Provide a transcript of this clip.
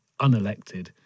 unelected